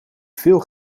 veel